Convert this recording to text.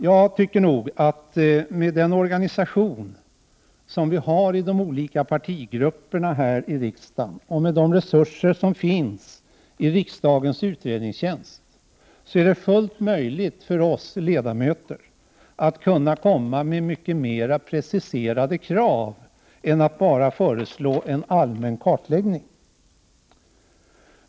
Jag tycker nog att med den organisation som vi har i de olika partigrupperna här i riksdagen och med de resurser som finns i riksdagens utredningstjänst är det fullt möjligt för oss ledamöter att komma med mycket mer preciserade krav än att bara föreslå en allmän kartläggning.